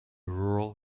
rural